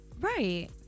Right